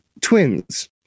twins